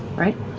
right?